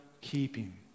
keeping